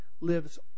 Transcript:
lives